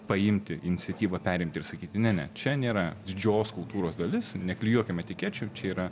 paimti iniciatyvą perimti ir sakyti ne ne čia nėra didžios kultūros dalis neklijuokim etikečių čia yra